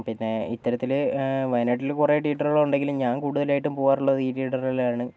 പിന്നെ ഇത്തരത്തിൽ വയനാട്ടിൽ കുറെ ടീയേറ്ററുകൾ ഉണ്ടെങ്കിലും ഞാൻ കൂടുതലായിട്ടും പോകാറുള്ളത് ഈ ടീയേറ്ററുകളിലാണ്